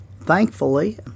thankfully